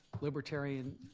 libertarian